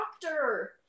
doctor